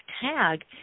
TAG